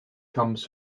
comes